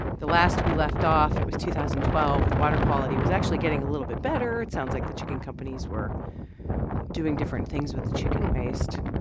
the last we left off, it was two thousand and twelve. the water quality was actually getting a little bit better. it sounds like the chicken companies were doing different things with the chicken waste.